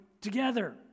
together